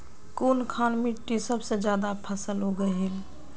कुनखान मिट्टी सबसे ज्यादा फसल उगहिल?